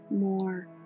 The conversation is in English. more